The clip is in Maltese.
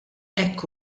hekk